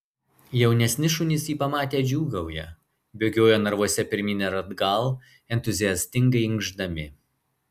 jaunesni šunys jį pamatę džiūgauja bėgioja narvuose pirmyn ir atgal entuziastingai inkšdami